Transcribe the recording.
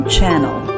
Channel